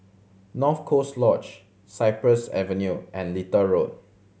North Coast Lodge Cypress Avenue and Little Road